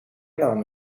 naam